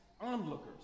onlookers